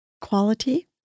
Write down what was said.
quality